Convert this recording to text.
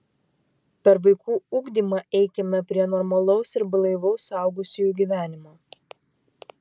per vaikų ugdymą eikime prie normalaus ir blaivaus suaugusiųjų gyvenimo